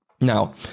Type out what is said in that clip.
Now